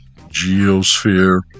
geosphere